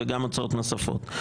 וגם הוצאות נוספות.